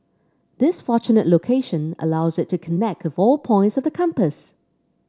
this fortunate location allows it to connect with all points of the compass